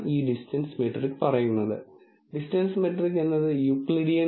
ഈ ഡാറ്റയും ഈ ഡാറ്റ ക്ലാസ് 1 ലും ഈ ഡാറ്റ ക്ലാസ് 2 ലും ആണെന്ന് നമുക്ക് അനുമാനിക്കാം